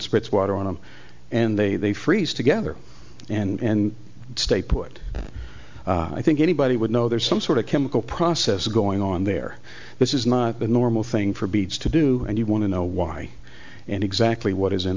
spits water on them and they they freeze together and stay put i think anybody would know there is some sort of chemical process going on there this is not a normal thing for beads to do and you want to know why and exactly what is in